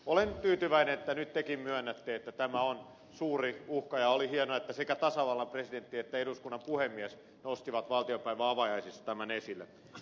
olen tyytyväinen että nyt tekin myönnätte että tämä on suuri uhka ja oli hienoa että sekä tasavallan presidentti että eduskunnan puhemies nostivat valtiopäivien avajaisissa tämän esille